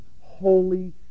holy